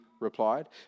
replied